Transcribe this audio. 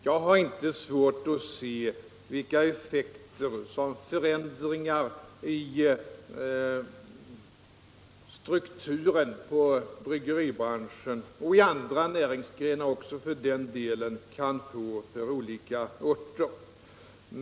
Jag har inte svårt att se vilka effekter som förändringar av strukturen i bryggeribranschen, och i andra näringsgrenar också för den delen, kan få för olika orter.